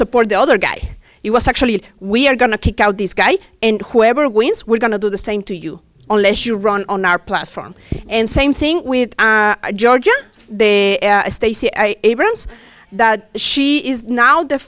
support the other guy he was actually we're going to kick out these guy and whoever wins we're going to do the same to you unless you run on our platform and same thing with georgia state she is now the